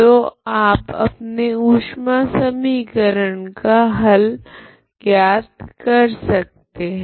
तो आप अपने ऊष्मा समीकरण का हल ज्ञात कर सकते है